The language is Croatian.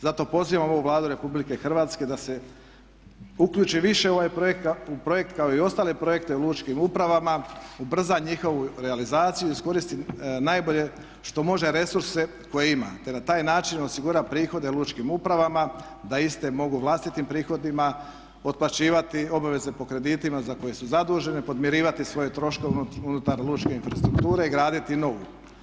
Zato pozivam ovu Vladu RH da se uključi više u ovaj projekt kako i ostale projekte u lučkim upravama, ubrza njihovu realizaciju i iskoristi najbolje što može resurse koje ima te na taj način osigura prihode lučkim upravama da iste mogu vlastitim prihodima otplaćivati, obaveze po kreditima za koje su zadužene, podmirivati svoje troškove unutar lučke infrastrukture i graditi novu.